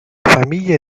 famiglie